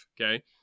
Okay